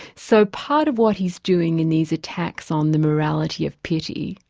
so part of what he's doing in these attacks on the morality of pity,